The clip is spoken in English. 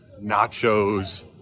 nachos